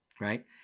right